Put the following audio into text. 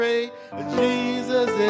Jesus